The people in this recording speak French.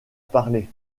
parlé